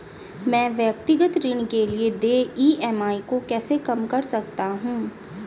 मैं व्यक्तिगत ऋण के लिए देय ई.एम.आई को कैसे कम कर सकता हूँ?